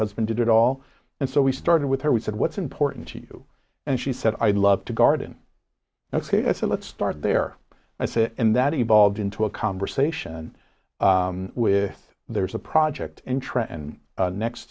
husband did it all and so we started with her we said what's important to you and she said i love to garden ok so let's start there that's it and that evolved into a conversation with there's a project in trenton next